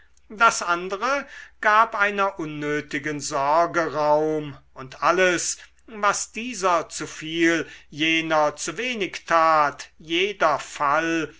das andere gab einer unnötigen sorge raum und alles was dieser zuviel jener zuwenig tat jeder fall